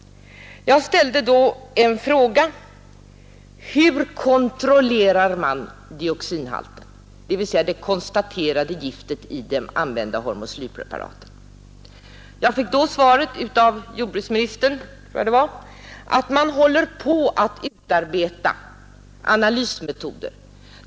Jag ställde förra gången frågan: Hur kontrollerar man dioxinhalten, dvs. det konstaterade giftet i de använda hormoslyrpreparaten? Då fick jag till svar — jag tror det var av jordbruksministern — att man håller på att utarbeta analysmetoder.